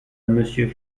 monsieur